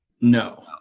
No